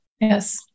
Yes